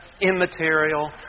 immaterial